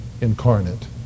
incarnate